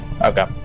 Okay